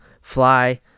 fly